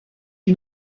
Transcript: you